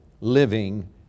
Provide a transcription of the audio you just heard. living